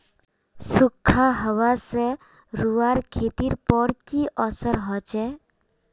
सुखखा हाबा से रूआँर खेतीर पोर की असर होचए?